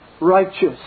righteous